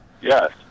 Yes